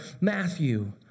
Matthew